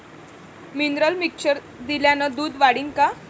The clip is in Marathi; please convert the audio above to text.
मिनरल मिक्चर दिल्यानं दूध वाढीनं का?